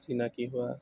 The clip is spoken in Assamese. চিনাকি হোৱা